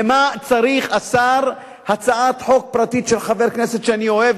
למה צריך השר הצעת חוק פרטית של חבר כנסת שאני אוהב,